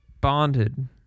Bonded